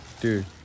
Dude